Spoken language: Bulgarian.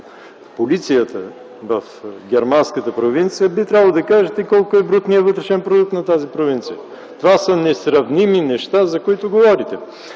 полицията в германската провинция, би трябвало да кажете колко е брутният вътрешен продукт на тази провинция. Това, за което говорите,